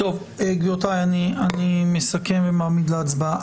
גבירותיי, אני מסכם ומעמיד להצבעה.